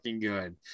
good